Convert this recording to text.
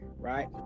right